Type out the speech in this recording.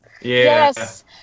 yes